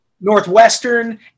Northwestern